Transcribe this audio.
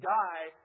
die